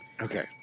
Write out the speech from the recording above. Okay